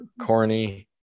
corny